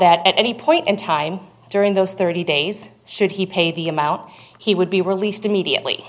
that at any point in time during those thirty days should he pay the amount he would be released immediately